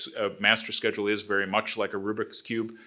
a master schedule is very much like a rubik's cube,